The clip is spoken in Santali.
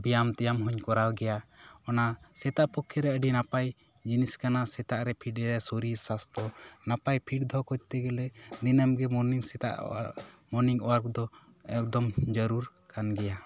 ᱵᱮᱭᱟᱢ ᱛᱮᱭᱟᱢ ᱦᱚᱸᱧ ᱠᱚᱨᱟᱣ ᱜᱮᱭᱟ ᱚᱱᱟ ᱥᱮᱛᱟᱜ ᱯᱚᱠᱠᱷᱮ ᱨᱮ ᱟᱹᱰᱤ ᱱᱟᱯᱟᱭ ᱡᱤᱱᱤᱥ ᱠᱟᱱᱟ ᱥᱮᱛᱟᱜ ᱨᱮ ᱯᱷᱤᱴ ᱨᱮ ᱥᱚᱨᱤᱨ ᱥᱟᱥᱛᱚ ᱱᱟᱯᱟᱭ ᱯᱷᱤᱴ ᱫᱚᱦᱚ ᱠᱚᱨᱛᱮ ᱜᱮᱞᱮ ᱫᱤᱱᱟᱹᱢ ᱜᱮ ᱢᱚᱨᱱᱤᱝ ᱥᱮᱛᱟᱜ ᱢᱚᱨᱱᱤᱝ ᱚᱣᱟᱨᱠ ᱫᱚ ᱮᱠᱫᱚᱢ ᱡᱟᱨᱩᱲ ᱠᱟᱱ ᱜᱮᱭᱟ